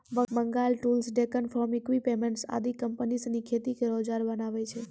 Bengal Tools, Deccan Farm Equipments आदि कम्पनी सिनी खेती केरो औजार बनावै छै